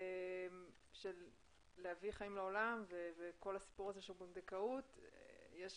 של להביא חיים לעולם וכל הסיפור הזה של פונדקאות ויש